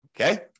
Okay